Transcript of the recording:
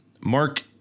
Mark